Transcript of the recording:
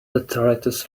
detritus